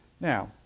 Now